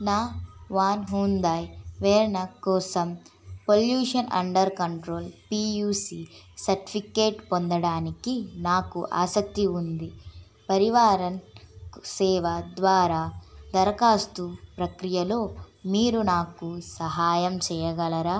నా వాద్ Hyundai Verna కోసం pollution under control P U C certificate పొందడానికి నాకు ఆసక్తి ఉంది పరివారన్ సేవ ద్వారా దరఖాస్తు ప్రక్రియలో మీరు నాకు సహాయం చేయగలరా